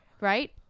Right